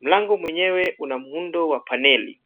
Mlango mwenyewe una muundo wa paneli.